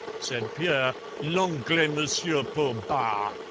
said pierre, l'anglais, monsieur, pour bah.